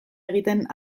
egiten